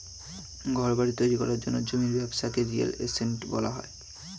ঘরবাড়ি তৈরি করার জন্য জমির ব্যবসাকে রিয়েল এস্টেট বলা হয়